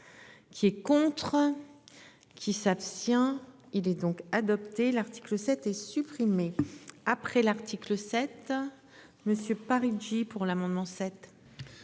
Qui est contre. Qui s'abstient. Il est donc adopté l'article 7 est supprimé après l'article. Me suis par Engie pour l'amendement